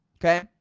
okay